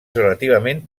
relativament